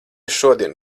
šodien